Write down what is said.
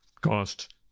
cost